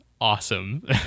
awesome